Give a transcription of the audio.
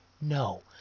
no